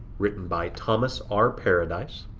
written by thomas r. paradise.